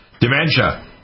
dementia